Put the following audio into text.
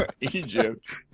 Egypt